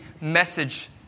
message